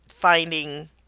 finding